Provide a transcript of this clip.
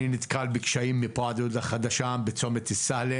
אני נתקל בקשיים מפה ועד הודעה חדשה בצומת ---.